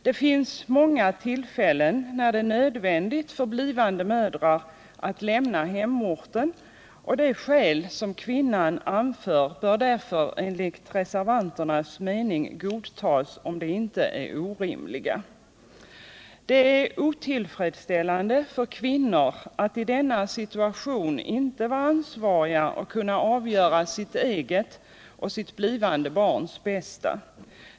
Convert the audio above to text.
Det finns många tillfällen när det är nädvändigt för blivande mödrar att lämna hemorten, och de skäl kvinnan anför bör därför enligt reservanternas mening godtas om de inte är orimliga. Det är otillfredsställande för kvinnor att i denna situation inte betraktas som ansvariga och kunna avgöra sitt eget och sitt blivande barns bästa.